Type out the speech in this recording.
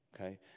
Okay